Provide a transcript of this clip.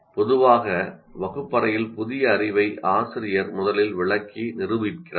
பொதுவாக வகுப்பறையில் நடக்கும் புதிய அறிவை ஆசிரியர் முதலில் விளக்கி நிரூபிக்கிறார்